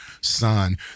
son